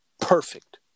perfect